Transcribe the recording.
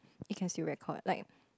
it can still record like